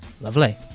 Lovely